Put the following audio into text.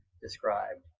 described